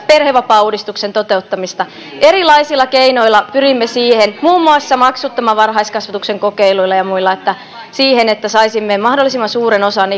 perhevapaauudistuksen toteuttamista erilaisilla keinoilla muun muassa maksuttoman varhaiskasvatuksen kokeiluilla ja muilla pyrimme siihen että saisimme mahdollisimman suuren osan